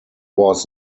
was